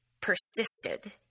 persisted